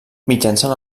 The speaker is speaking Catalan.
mitjançant